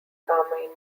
carmine